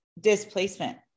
displacement